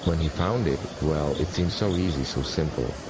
when he found it, well it seems so easy, so simple.